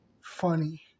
funny